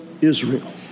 Israel